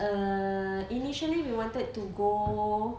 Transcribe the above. err initially we wanted to go